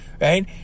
Right